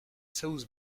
south